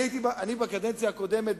אני בקדנציה הקודמת,